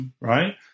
right